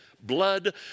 blood